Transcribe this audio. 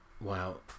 wow